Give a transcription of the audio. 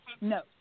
no